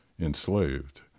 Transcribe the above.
enslaved